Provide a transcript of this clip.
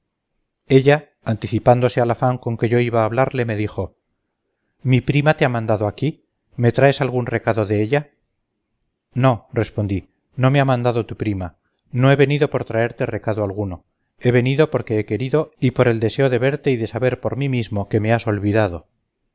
ella anticipándose al afán con que yo iba a hablarle me dijo mi prima te ha mandado aquí me traes algún recado de ella no respondí no me ha mandado tu prima no he venido por traerte recado alguno he venido porque he querido y por el deseo de verte y de saber por mí mismo que me has olvidado